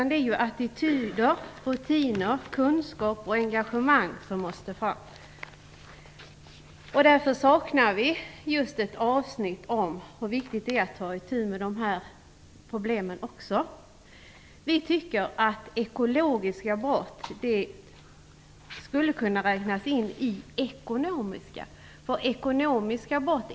Det är ju attityder, rutiner, kunskap och engagemang som måste till. Därför saknar vi just ett avsnitt om hur viktigt det är att ta itu också med dessa problem. Vi tycker att ekologiska brott skulle kunna räknas in i ekonomiska brott.